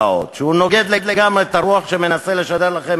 שנוגד לגמרי את הרוח שבג"ץ מנסה לשדר לכם,